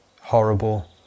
Horrible